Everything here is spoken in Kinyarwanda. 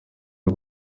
uru